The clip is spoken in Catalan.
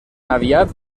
aviat